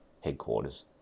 headquarters